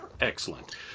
Excellent